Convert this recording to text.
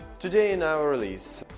today in our release.